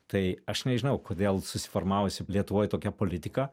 tai aš nežinau kodėl susiformavusi lietuvoj tokia politika